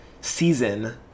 season